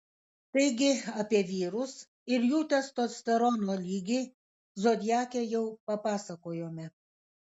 taigi apie vyrus ir jų testosterono lygį zodiake jau papasakojome